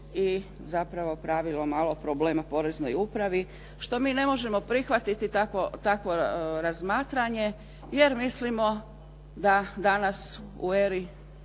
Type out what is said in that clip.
i zapravo pravilo malo problema poreznoj upravi. Što mi ne možemo prihvatiti takvo razmatranje jer mislimo da danas u eri